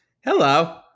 hello